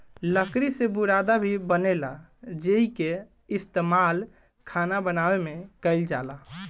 लकड़ी से बुरादा भी बनेला जेइके इस्तमाल खाना बनावे में कईल जाला